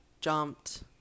jumped